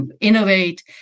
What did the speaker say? innovate